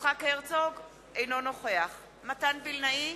יצחק הרצוג, אינו נוכח מתן וילנאי,